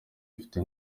bifite